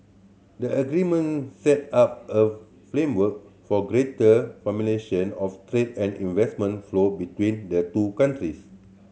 the agreement set up a framework for greater of trade and investment flow between the two countries